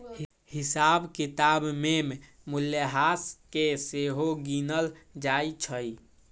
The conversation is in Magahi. हिसाब किताब में मूल्यह्रास के सेहो गिनल जाइ छइ